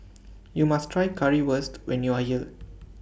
YOU must Try Currywurst when YOU Are here